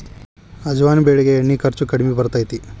ಅಜವಾನ ಬೆಳಿಗೆ ಎಣ್ಣಿ ಖರ್ಚು ಕಡ್ಮಿ ಬರ್ತೈತಿ